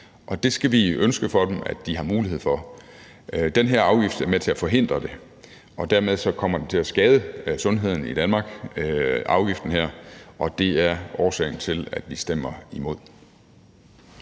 Og det skal vi ønske for dem at de har mulighed for. Den her afgift er med til at forhindre det, og dermed kommer afgiften her til at skade sundheden i Danmark, og det er årsagen til, at vi stemmer imod.